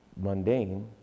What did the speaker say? Mundane